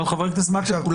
אבל חבר הכנסת מקלב,